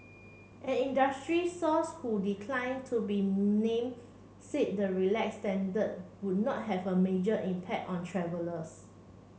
an industry source who decline to be name said the relax standard would not have a major impact on travellers